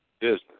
business